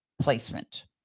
placement